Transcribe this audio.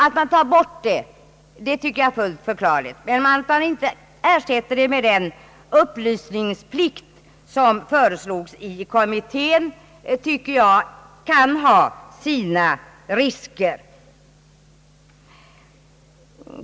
Att man tar bort det tycker jag är fullt förklarligt, men att man inte ersätter det med den upplysningsplikt som föreslogs i kommittén kan ha sina risker.